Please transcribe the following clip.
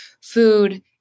food